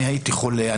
הייתי חולה,